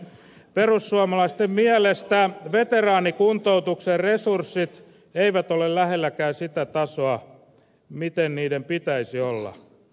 perussuomalaisten mielestä veteraanikuntoutuksen resurssit eivät ole lähelläkään sitä tasoa millä niiden pitäisi olla